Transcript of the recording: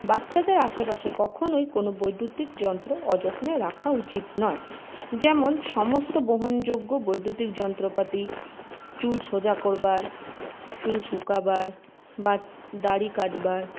বাচ্চাদের আশেপাশে কখনই কোন বৈদ্যুতিক যন্ত্র অযত্নে রাখা উচিত নয় যেমন সমস্ত বহনযোগ্য বৈদ্যুতিক যন্ত্রপাতি চুল সোজা করবার চুল শোকাবার বা দাড়ি কাটবার